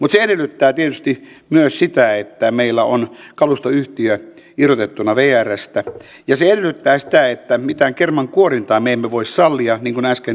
mutta se edellyttää tietysti myös sitä että meillä on kalustoyhtiö irrotettuna vrstä ja se edellyttää sitä että mitään kermankuorintaa me emme voi sallia niin kuin äsken totesin